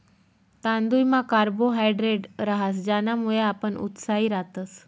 तांदुयमा कार्बोहायड्रेट रहास ज्यानामुये आपण उत्साही रातस